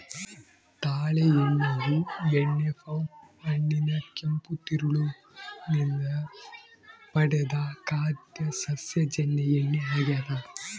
ತಾಳೆ ಎಣ್ಣೆಯು ಎಣ್ಣೆ ಪಾಮ್ ಹಣ್ಣಿನ ಕೆಂಪು ತಿರುಳು ನಿಂದ ಪಡೆದ ಖಾದ್ಯ ಸಸ್ಯಜನ್ಯ ಎಣ್ಣೆ ಆಗ್ಯದ